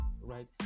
right